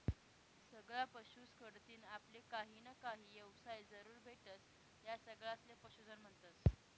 सगळा पशुस कढतीन आपले काहीना काही येवसाय जरूर भेटस, या सगळासले पशुधन म्हन्तस